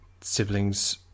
siblings